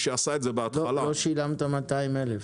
לא שילמת 200,000 ₪.